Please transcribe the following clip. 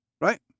right